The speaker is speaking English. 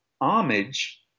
homage